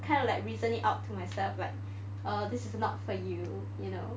kind of like recently talk to myself uh this is not for you you know